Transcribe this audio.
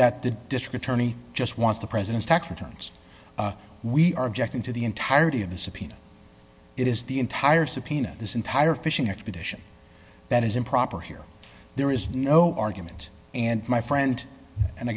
that the district attorney just wants the president's tax returns we are objecting to the entirety of the subpoena it is the entire subpoena this entire fishing expedition that is improper here there is no argument and my friend and i